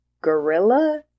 gorilla